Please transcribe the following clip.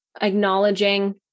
acknowledging